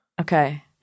Okay